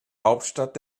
hauptstadt